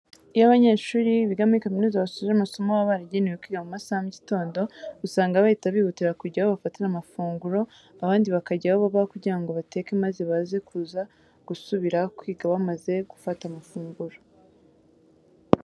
Iyo abanyeshuri biga muri kaminuza basoje amasomo baba baragenewe kwiga mu masaha y'igitondo, usanga bahita bihutira kujya aho bafatira amafunguro abandi bakajya aho baba kugira ngo bateka maze baze kuza gusubira kwiga bamaze gufata amafunguro.